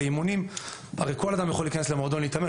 לאימונים - הרי כל אדם יכול להיכנס למועדון להתאמן,